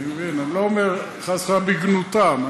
אני לא אומר חס וחלילה בגנותם.